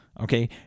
Okay